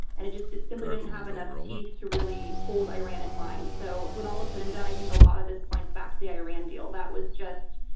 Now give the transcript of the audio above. and it just simply didn't have enough teeth to really hold iran in line, so when all said and done, i think a lot of this points back to the iran deal. that was just,